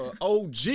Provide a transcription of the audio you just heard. OG